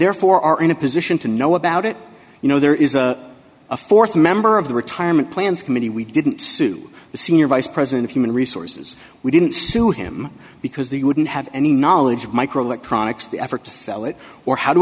therefore are in a position to know about it you know there is a th member of the retirement plans committee we didn't sue the senior vice president of human resources we didn't sue him because they wouldn't have any knowledge of microelectronics the effort to sell it or how to